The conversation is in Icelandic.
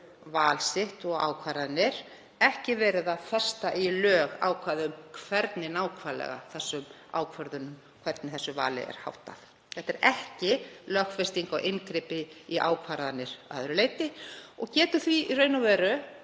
val sitt og ákvarðanir, en ekki verið að festa í lög ákvæði um hvernig nákvæmlega þeim ákvörðunum og því vali er háttað. Þetta er ekki lögfesting á inngripi í ákvarðanir að öðru leyti og getur því í raun og veru